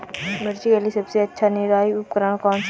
मिर्च के लिए सबसे अच्छा निराई उपकरण कौनसा है?